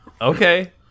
Okay